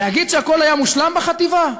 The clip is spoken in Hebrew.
להגיד שהכול היה מושלם בחטיבה?